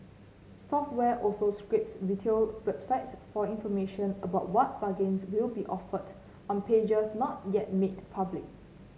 software also scrapes retail websites for information about what bargains will be offered on pages not yet made public